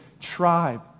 tribe